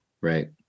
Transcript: Right